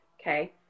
okay